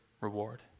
reward